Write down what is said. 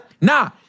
Nah